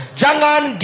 jangan